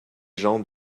gens